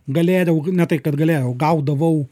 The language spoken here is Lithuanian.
galėjau ne tai kad galėjau gaudavau